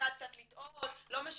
אחד קצת לטעות, לא משנה,